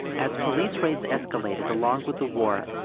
as police raids escalated along with the war,